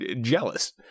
jealous